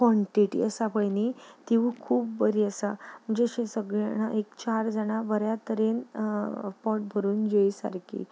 quantity आसा पळय न्ही तिवूय खूब बरी आसा जशीं सगळीं जाणां एर चार जाणां बऱ्या तरेन पोट भरून जेय सारकी